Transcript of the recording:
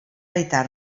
evitar